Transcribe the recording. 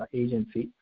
agency